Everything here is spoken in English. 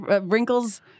wrinkles